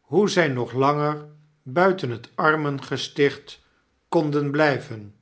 hoe zy nog langer buiten het armengesticht konden blyven